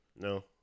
No